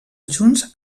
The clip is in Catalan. junts